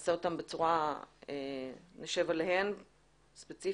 נעשה אותם, נשב עליהם ספציפית.